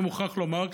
אני מוכרח לומר,